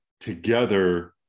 together